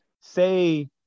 say –